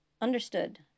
Understood